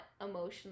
emotionally